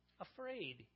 afraid